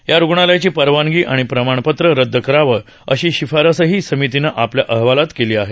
या रुग्णालण्याची परवानगी आणि प्रमाणपत्र रदद करावं अशी शिफारसही समितीनं आपल्या अहवालात केली आहे